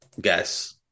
guess